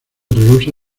rehúsa